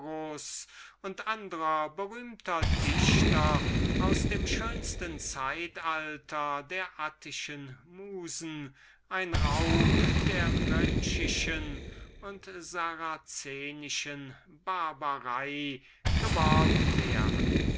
und andrer berühmter dichter aus dem schönsten zeit alter der attischen musen ein raub der mönchischen und saracenischen barbarei geworden wären